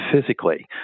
physically